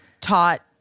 taught